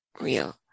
real